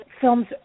films